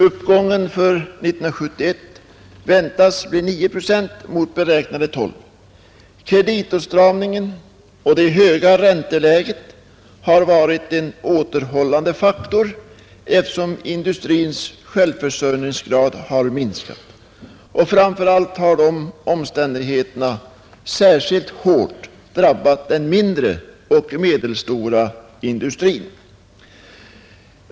Uppgången för 1971 väntas bli 9 procent mot beräknade 12 procent. Kreditåtstramningen och det höga ränteläget har varit återhållande faktorer, eftersom industrins självförsörjningsgrad är försämrad. Framför allt har dessa omständigheter särskilt hårt drabbat den mindre och medelstora industrin.